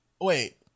Wait